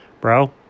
Bro